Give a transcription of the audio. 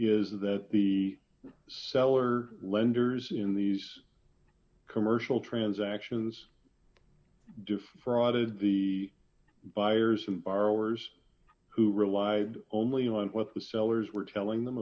is that the seller lenders in these commercial transactions do fraud to the buyers and borrowers who relied only on what the sellers were telling them